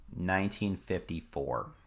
1954